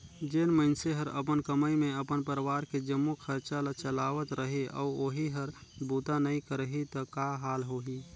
जेन मइनसे हर अपन कमई मे अपन परवार के जम्मो खरचा ल चलावत रही अउ ओही हर बूता नइ करही त का हाल होही